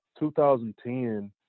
2010